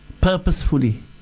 purposefully